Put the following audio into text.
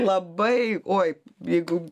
labai oi jeigu